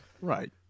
Right